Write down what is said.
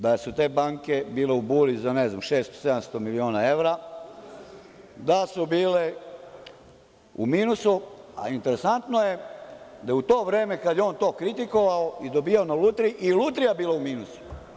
Da su te banke bile u buli za, ne znam, 600, 700 miliona evra, da su bile u minusu, a interesantno je, da je u to vreme, kad je on to kritikovao i dobijao na lutriji, i Lutrija bila u minusu.